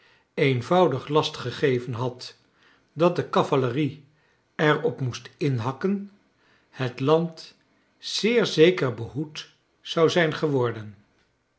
eenvoudig last gegeven had dat de cavalerie er op moest inhakken het land zeer zeker behoed zou zijn gewordea